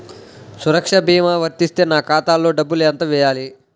సురక్ష భీమా వర్తిస్తే నా ఖాతాలో డబ్బులు ఎంత వేయాలి?